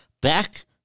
back